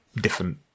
different